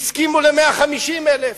והסכימו ל-150,000,